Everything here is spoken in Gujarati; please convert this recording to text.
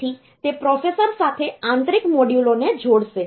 તેથી તે પ્રોસેસર સાથે આંતરિક મોડ્યુલોને જોડશે